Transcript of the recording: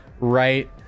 right